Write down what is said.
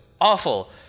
awful